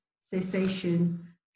cessation